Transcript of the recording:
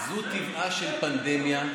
זה טבעה של פנדמיה.